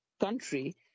country